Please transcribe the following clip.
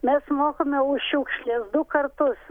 mes mokame už šiukšles du kartus